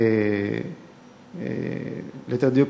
ליתר דיוק,